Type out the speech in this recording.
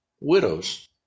widows